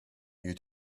you